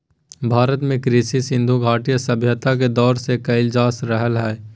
भारत में कृषि सिन्धु घटी सभ्यता के दौर से कइल जा रहलय हें